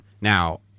Now